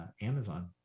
Amazon